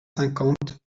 cinquante